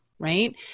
right